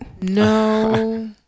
No